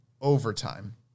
overtime